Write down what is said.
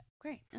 Great